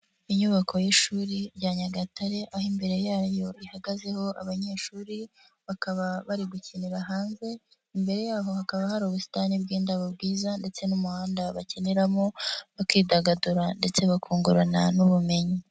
Inyubako y'ishuri rya Nyagatare, aho imbere yayo ihagazeho abanyeshuri bakaba bari gukinira hanze, imbere yabo hakaba hari ubusitani bw'indabo bwiza, ndetse n'umuhanda bakiniramo bakidagadura ndetse bakungurana n'ubumenyi.